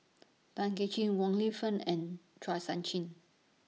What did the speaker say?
Tay Kay Chin Wong Lin Fen and Chua Sian Chin